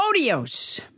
odios